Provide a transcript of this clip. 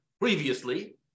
previously